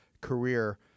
career